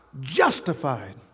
justified